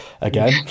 again